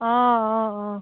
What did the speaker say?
অঁ অঁ অঁ